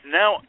now